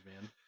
man